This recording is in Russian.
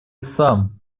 сам